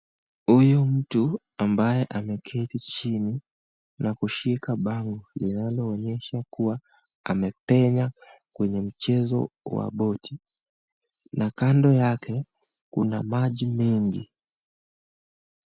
Huyu mtu ambaye ameketi chini na kushika bango linaonyesha kuwa amepenya kwenye mchezo wa boti, na kando yake kuna maji mengi.